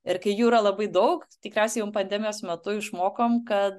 ir kai jų yra labai daug tikriausiai jau pandemijos metu išmokom kad